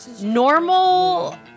normal